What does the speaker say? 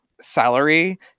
salary